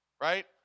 Right